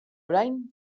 orain